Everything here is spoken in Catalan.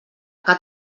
que